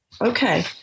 Okay